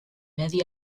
medi